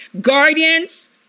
guardians